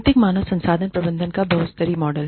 रणनीतिक मानव संसाधन प्रबंधन का बहुस्तरीय मॉडल